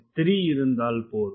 3 இருந்தால் போதும்